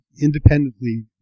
independently